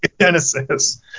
Genesis